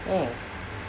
oh